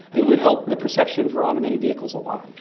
it would help the perception for automated vehicles a lot.